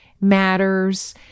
matters